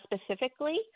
specifically